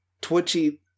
Twitchy